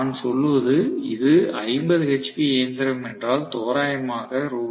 நான் சொல்வது இது 50 ஹெச்பி இயந்திரம் என்றால் தோராயமாக ரூ